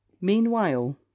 Meanwhile